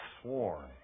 sworn